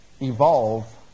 evolve